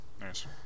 nice